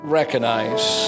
recognize